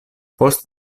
post